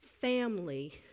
family